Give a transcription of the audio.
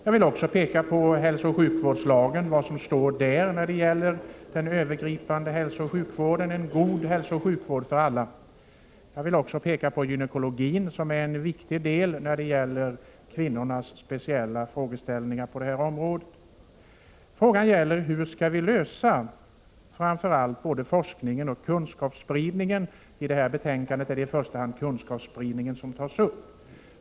Jag vill också peka på hälsooch sjukvårdslagen och vad som står i den när det gäller den övergripande hälsooch sjukvården, nämligen att det skall finnas en god hälsooch sjukvård för alla. Jag vill också peka på gynekologin som är en viktig del när det gäller kvinnornas speciella frågeställningar på detta område. Det gäller hur vi skall lösa framför allt frågan om forskningen och kunskapsspridningen. I detta betänkande är det i första hand kunskapssprid ningen som tas upp.